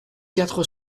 quatre